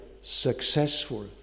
successful